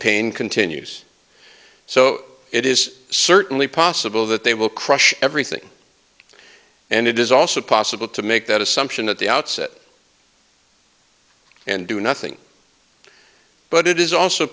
pain continues so it is certainly possible that they will crush everything and it is also possible to make that assumption at the outset and do nothing but it is also